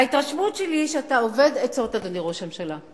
ההתרשמות שלי, שאתה אובד עצות, אדוני ראש הממשלה.